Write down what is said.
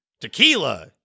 tequila